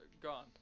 gone